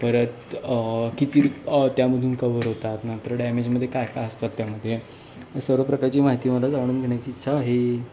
परत किती त्यामधून कवर होतात नंतर डॅमेजमध्ये काय काय असतात त्यामध्ये सर्व प्रकारची माहिती मला जाणून घेण्याची इच्छा आहे